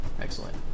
Excellent